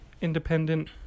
independent